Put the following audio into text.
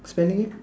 spelling